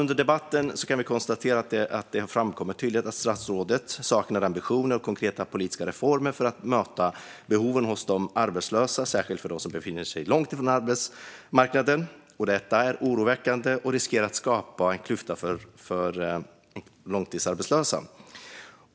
Under debatten har det tydligt framkommit att statsrådet saknar ambitioner och konkreta politiska reformer för att möta behoven hos de arbetslösa, särskilt för dem som befinner sig långt från arbetsmarknaden. Detta är oroväckande och riskerar att skapa en klyfta för de långtidsarbetslösa.